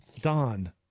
Don